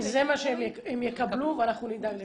הם יקבלו ואנחנו נדאג לזה.